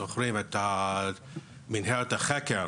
זוכרים את מנהרת החקר